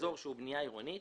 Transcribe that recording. אזור שהוא בנייה עירונית,